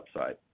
upside